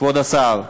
כבוד השר.